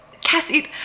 Cassie